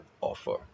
offer